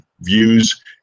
views